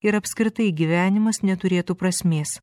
ir apskritai gyvenimas neturėtų prasmės